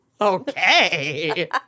Okay